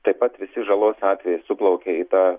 taip pat visi žalos atveju suplaukia į tą